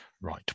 Right